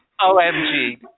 OMG